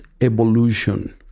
evolution